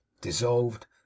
dissolved